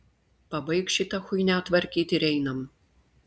pabaik šitą chuinią tvarkyt ir einam